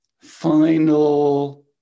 final